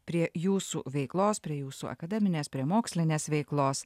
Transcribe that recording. prie jūsų veiklos prie jūsų akademinės prie mokslinės veiklos